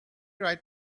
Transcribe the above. right